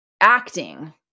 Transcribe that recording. acting